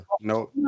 No